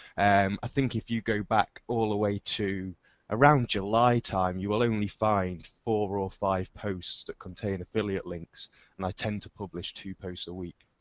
um i think if you go back all the way to around july time you'll only find four or five posts that contain affiliate links and i tend to publish two posts a week.